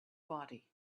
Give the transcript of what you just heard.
body